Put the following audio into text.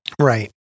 right